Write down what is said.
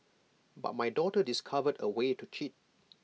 but my daughter discovered A way to cheat